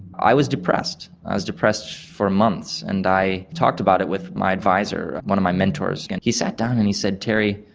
i was depressed. i was depressed for months, and i talked about it with my advisor, one of my mentors. and he sat down and he said, terry,